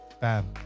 bam